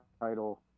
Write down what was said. title